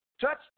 Touch